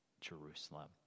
Jerusalem